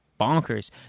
bonkers